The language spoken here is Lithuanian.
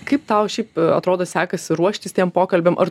kaip tau šiaip atrodo sekasi ruoštis tiem pokalbiam ar